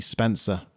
Spencer